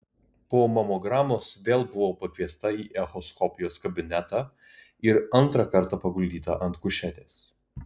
po mamogramos vėl buvau pakviesta į echoskopijos kabinetą ir antrą kartą paguldyta ant kušetės